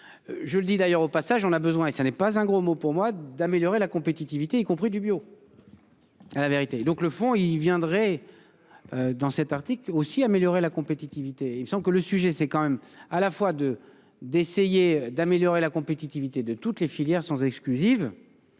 Je le dis d'ailleurs au passage, on a besoin et ça n'est pas un gros mot pour moi d'améliorer la compétitivité, y compris du bio. À la vérité. Donc le fond il viendrait. Dans cet article aussi améliorer la compétitivité. Il me semble que le sujet c'est quand même à la fois de d'essayer d'améliorer la compétitivité de toutes les filières sans exclusive.